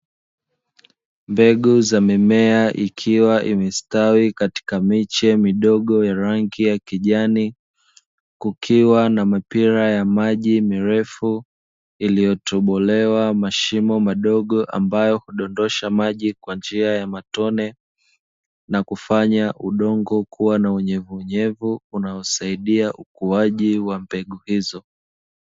Mbegu za mimea, zikiwa zimestawi katika miche midogo ya rangi ya kijani, kukiwa na mipira ya maji mirefu iliyotobolewa mashimo madogo ambayo hudondosha maji kwa njia ya matone, na kufanya udongo kuwa na unyevunyevu, unaosaidia ukuaji wa mbegu hizo.